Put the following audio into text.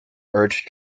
urged